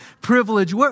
privilege